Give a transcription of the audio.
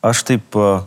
aš taip